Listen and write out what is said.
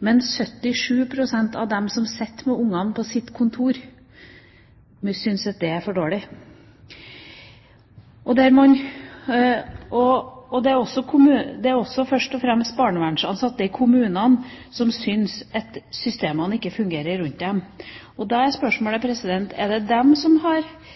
Men 77 pst. av dem som sitter med barna på sitt kontor, syns det er for dårlig. Det er først og fremst barnevernsansatte i kommunene som syns at systemene rundt dem ikke fungerer. Da er spørsmålet: Er det de som har